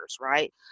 right